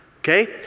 okay